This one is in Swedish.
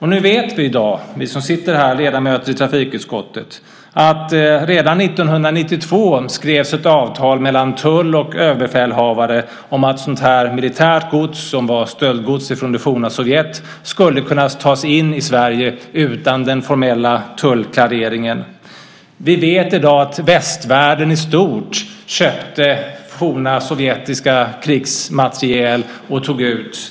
I dag vet vi ledamöter i trafikutskottet som sitter här att det redan år 1992 skrevs ett avtal mellan tull och överbefälhavare om att militärt gods som var stöldgods från det forna Sovjet skulle kunna tas in i Sverige utan den formella tullklareringen. Vi vet i dag att västvärlden i stort köpte det forna Sovjets krigsmateriel.